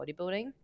bodybuilding